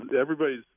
everybody's